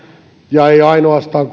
ja ei ainoastaan